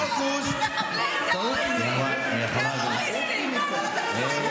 לא ערבים, מחבלים אונסים יהודיות.